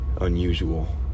unusual